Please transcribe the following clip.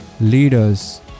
leaders